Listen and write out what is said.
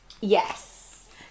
Yes